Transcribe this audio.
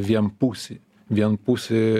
vienpusį vienpusį